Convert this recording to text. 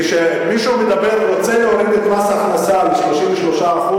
כשמישהו רוצה להוריד את מס הכנסה ל-33%,